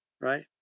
right